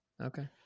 Okay